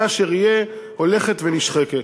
יהיה אשר יהיה, הולכת ונשחקת.